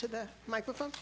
to the microphone